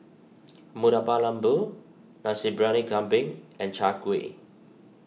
Murtabak Lembu Nasi Briyani Kambing and Chai Kueh